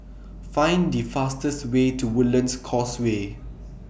Find The fastest Way to Woodlands Causeway